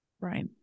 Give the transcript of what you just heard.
Right